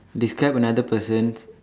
describe another person